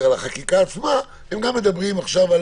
על החקיקה עצמה הם גם מדברים עכשיו על